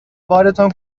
بارتان